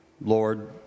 Lord